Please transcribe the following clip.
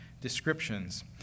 descriptions